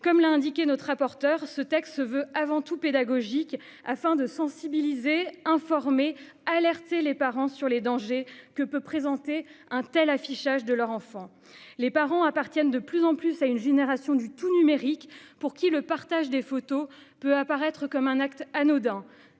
Comme l'a indiqué cette dernière, la vocation de ce texte est avant tout pédagogique, afin de sensibiliser, informer et alerter les parents sur les dangers que peut présenter un tel affichage de leur enfant. Les parents appartenant de plus en plus à une génération du tout-numérique, le partage des photos peut leur paraître anodin